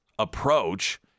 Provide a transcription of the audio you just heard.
approach